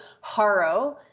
Haro